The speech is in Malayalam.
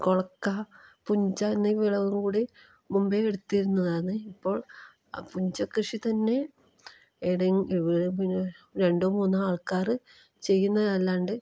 കൊളക്ക പുഞ്ച എന്നീ വിളവുകൾ കൂടി മുമ്പേ എടുത്തിരുന്നതാണ് ഇപ്പോൾ പുഞ്ചക്കൃഷി തന്നെ എവിടേയും ഇവിടെ പിന്നെ രണ്ട് മൂന്ന് ആൾക്കാർ ചെയ്യുന്നതല്ലാണ്ട്